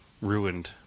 ruined